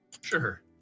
Sure